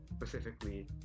specifically